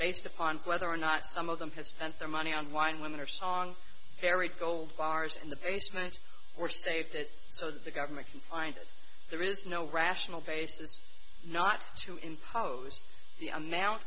based upon whether or not some of them had spent their money on wine women or song varied gold bars in the basement or safe that so the government can find it there is no rational basis not to impose the amount